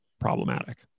problematic